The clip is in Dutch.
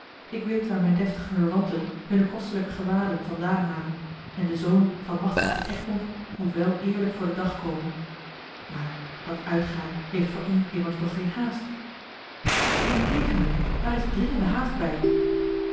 ik weet waar mijne deftige verwanten hunne kostelijke gewaden vandaan halen en de zoon van maehteld van egmond moet wel eerlijk voor den dag komen maar dat uitgaan heeft voor u immers nog geen haast integendeel daar is dringende haast bij